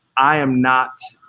i am not